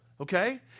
okay